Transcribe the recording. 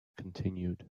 continued